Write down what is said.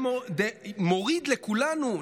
מוריד לכולנו,